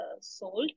sold